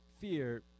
Fear